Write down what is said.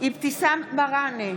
אבתיסאם מראענה,